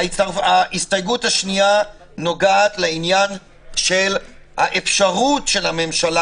ההסתייגות השנייה נוגעת לאפשרות של הממשלה